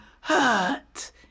hurt